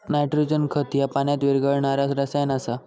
nitrogen खत ह्या पाण्यात विरघळणारा रसायन आसा